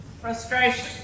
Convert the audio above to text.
Frustration